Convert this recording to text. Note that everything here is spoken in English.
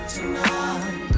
Tonight